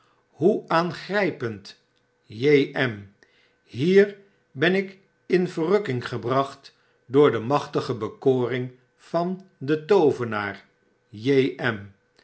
hoe aangrg'pend j m hier ben ik in verrukking gebracht door de machtige bekoring van den toovenaar j m